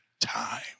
time